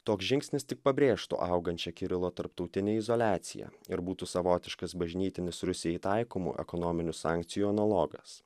toks žingsnis tik pabrėžtų augančią kirilo tarptautinę izoliaciją ir būtų savotiškas bažnytinis rusijai taikomų ekonominių sankcijų analogas